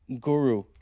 guru